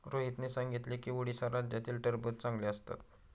रोहितने सांगितले की उडीसा राज्यातील टरबूज चांगले असतात